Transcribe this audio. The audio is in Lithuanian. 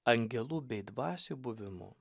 angelų bei dvasių buvimu